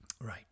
Right